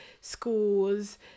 schools